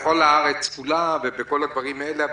בארץ כולה ובכל הדברים האלה.